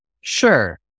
Sure